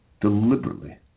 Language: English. deliberately